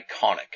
iconic